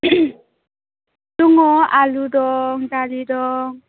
दङ आलु दं दालि दं